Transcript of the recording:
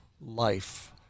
life